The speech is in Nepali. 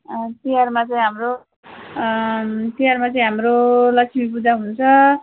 तिहारमा चाहिँ हाम्रो तिहारमा चाहिँ हाम्रो लक्ष्मी पूजा हुन्छ